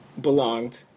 belonged